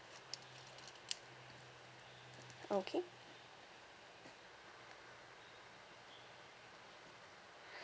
okay